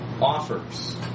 offers